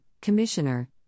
commissioner